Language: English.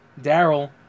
Daryl